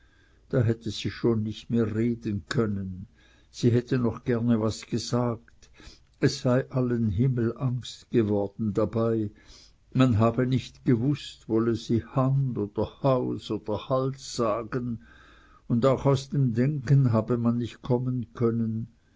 da hätte sie schon nicht mehr reden können sie hätte noch gerne was gesagt es sei allen himmelangst geworden dabei man habe nicht gewußt wolle sie hand oder haus oder hals sagen und auch aus dem denken habe man nicht kommen können